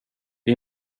det